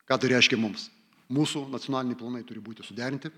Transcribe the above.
ką tai reiškia mums mūsų nacionaliniai planai turi būti suderinti